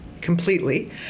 completely